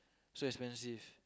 so expensive